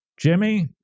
Jimmy